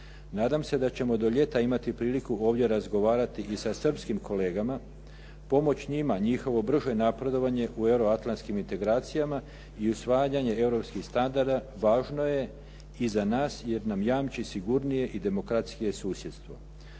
Nadam se da ćemo do ljeta imati priliku ovdje razgovarati i sa srpskim kolegama, pomoći njima, njihovo brže napredovanje u euroatlantskim integracijama i usvajanje europskih standarda važno je i za nas jer nam jamči sigurnije i demokratskije susjedstvo.